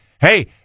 hey